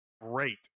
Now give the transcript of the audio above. great